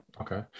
Okay